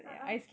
a'ah